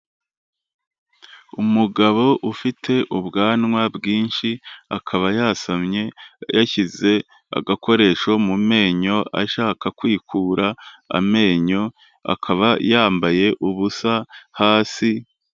Umugabo ufite ubwanwa bwinshi, akaba yasamye yashyize agakoresho mu menyo, ashaka kwikura amenyo, akaba yambaye ubusa hasi.